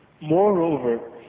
Moreover